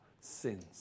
sins